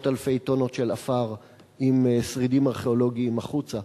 אלפי טונות של עפר עם שרידים ארכיאולוגיים החוצה,